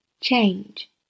change